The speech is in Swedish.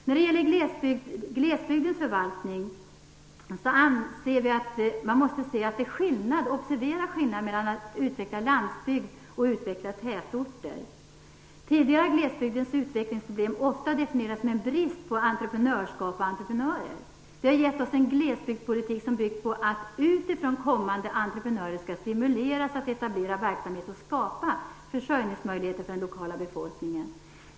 När det gäller glesbygdens förvaltning, anser vi att man måste observera skillnaden mellan att utveckla landsbygd och att utveckla tätorter. Tidigare har ofta glesbygdens utvecklingsproblem definierats som en brist på entreprenörskap och entreprenörer. Det har givit oss en glesbygdspolitik som bygger på att utifrån kommande entreprenörer skall stimuleras att etablera verksamhet och skapa försörjningsmöjligheter för den lokala befolkningen.